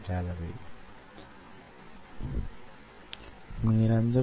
4 వ ప్రదేశాన్ని మీరు చూడలేరు